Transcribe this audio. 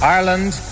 Ireland